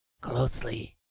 closely